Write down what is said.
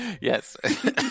Yes